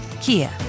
Kia